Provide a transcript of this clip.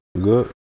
good